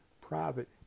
private